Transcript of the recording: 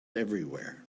everywhere